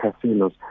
casinos